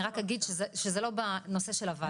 אני רק אגיד שזה לא בנושא של הוועדה.